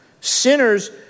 Sinners